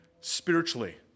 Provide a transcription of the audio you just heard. spiritually